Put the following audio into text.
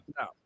No